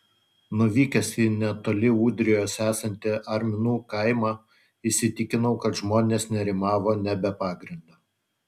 nuvykęs į netoli ūdrijos esantį arminų kaimą įsitikinau kad žmonės nerimavo ne be pagrindo